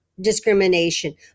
discrimination